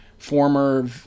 Former